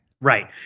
Right